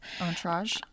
entourage